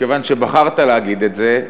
כיוון שבחרת להגיד את זה,